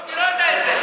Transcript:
לא, אני לא יודע את זה.